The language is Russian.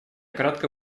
кратко